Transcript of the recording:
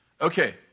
Okay